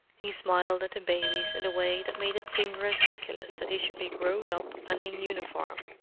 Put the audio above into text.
he smiled at the babies in the way that made it seem ridiculous that he should be grown-up and in uniform.